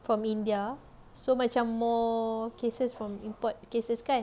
from india so macam more cases from import cases kan